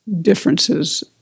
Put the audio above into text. differences